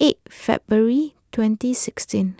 eight February twenty sixteen